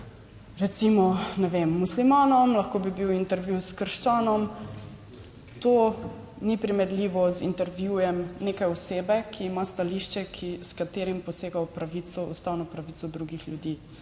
recimo, ne vem, muslimanom, lahko bi bil intervju s krščanom, to ni primerljivo z intervjujem neke osebe, ki ima stališče, s katerim posega v pravico, ustavno pravico drugih ljudi.